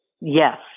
yes